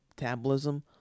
metabolism